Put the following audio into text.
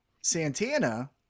Santana